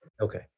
Okay